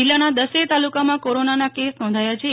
જિલ્લામાં દસેય તાલુકામાં કોરોનાના કેસ નોંધાયા છે